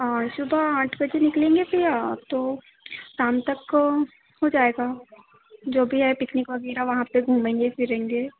हाँ सुबह आठ बजे निकलेंगे भैया तो शाम तक हो जाएगा जो भी है पिकनिक वगैरह वहां पर घूमेंगे फिरेंगे